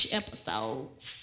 episodes